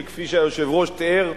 שכפי שהיושב-ראש תיאר,